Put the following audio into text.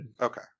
Okay